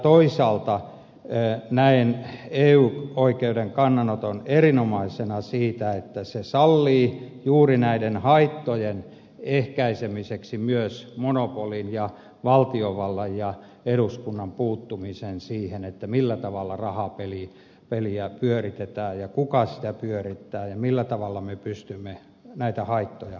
toisaalta näen eu oikeuden kannanoton erinomaisena siitä että se sallii juuri näiden haittojen ehkäisemiseksi myös monopolin ja valtiovallan ja eduskunnan puuttumisen siihen millä tavalla rahapeliä pyöritetään ja kuka sitä pyörittää ja millä tavalla me pystymme näitä haittoja estämään